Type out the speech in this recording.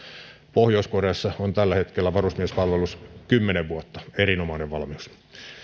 pohjois koreassa on tällä hetkellä varusmiespalvelus kymmenen vuotta erinomainen valmius